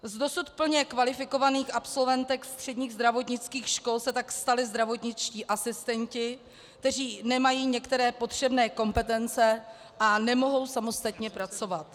Z dosud plně kvalifikovaných absolventek středních zdravotnických škol se tak staly zdravotničtí asistenti, kteří nemají některé potřebné kompetence a nemohou samostatně pracovat.